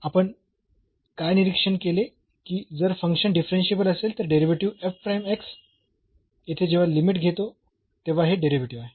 तर आपण काय निरीक्षण केले की जर फंक्शन डिफरन्शियेबल असेल तर डेरिव्हेटिव्ह येथे जेव्हा लिमिट घेतो तेव्हा हे डेरिव्हेटिव्ह आहे